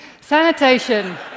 Sanitation